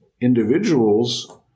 individuals